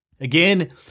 again